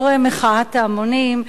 אחרי מחאת ההמונים,